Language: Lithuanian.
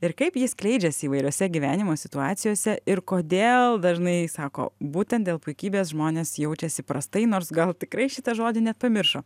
ir kaip ji skleidžiasi įvairiose gyvenimo situacijose ir kodėl dažnai sako būtent dėl puikybės žmonės jaučiasi prastai nors gal tikrai šitą žodį net pamiršo